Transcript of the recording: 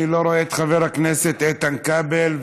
אני לא רואה את חבר הכנסת איתן כבל,